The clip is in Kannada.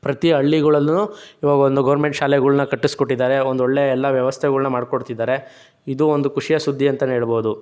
ಪ್ರತಿ ಹಳ್ಳಿಗಳಲ್ಲೂ ಈವಾಗೊಂದು ಗೌರ್ಮೆಂಟ್ ಶಾಲೆಗಳನ್ನ ಕಟ್ಟಿಸ್ಕೊಟ್ಟಿದ್ದಾರೆ ಒಂದೊಳ್ಳೆ ಎಲ್ಲ ವ್ಯವಸ್ಥೆಗಳನ್ನ ಮಾಡ್ಕೊಡ್ತಿದ್ದಾರೆ ಇದು ಒಂದು ಖುಷಿಯ ಸುದ್ದಿ ಅಂತಲೇ ಹೇಳ್ಬೋದು